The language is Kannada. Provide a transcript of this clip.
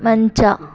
ಮಂಚ